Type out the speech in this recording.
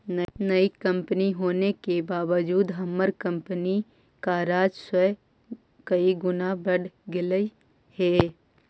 नई कंपनी होने के बावजूद हमार कंपनी का राजस्व कई गुना बढ़ गेलई हे